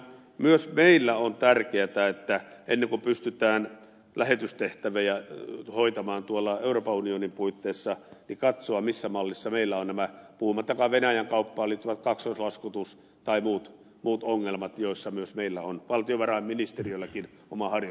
myös meillä on tärkeätä katsoa ennen kuin pystytään lähetystehtäviä hoitamaan euroopan unionin puitteissa missä mallissa meillä on nämä puhumattakaan venäjän kauppaan liittyvästä kaksoislaskutuksesta tai muista ongelmista joissa myös meillä on valtiovarainministeriölläkin oma harjoitus tarpeen